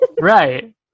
Right